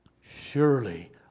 Surely